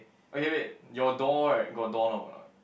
okay wait your doorright got door knob or not